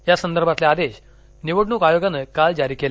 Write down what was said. या संदर्भातले आदेश निवडण्क आयोगानं काल जारी केले